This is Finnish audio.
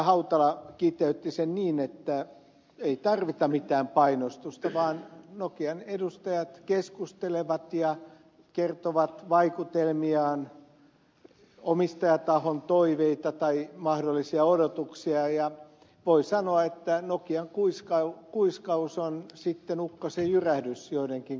hautala kiteytti sen niin että ei tarvita mitään painostusta vaan nokian edustajat keskustelevat ja kertovat vaikutelmiaan omistajatahon toiveita tai mahdollisia odotuksia ja voi sanoa että nokian kuiskaus on sitten ukkosenjyrähdys joidenkin korvissa